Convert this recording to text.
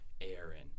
Aaron